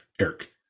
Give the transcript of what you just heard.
Eric